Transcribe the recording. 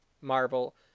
Marvel